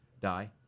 die